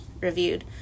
reviewed